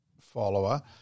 follower